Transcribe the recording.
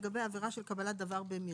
לגבי עבירה של קבלת דבר במרמה,